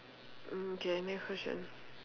mm okay next question